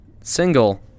single